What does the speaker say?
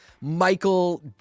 michael